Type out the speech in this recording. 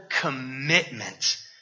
commitment